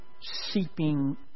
seeping